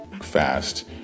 fast